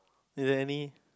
is there any